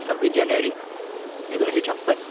सव्वीस जानेवारी एकोणीसशे छप्पन